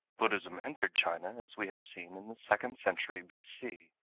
buddhism entered china, as we have seen, in the second century b c.